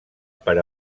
per